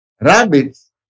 Rabbits